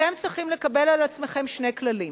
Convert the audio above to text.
אתם צריכים לקבל על עצמכם שני כללים.